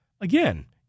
Again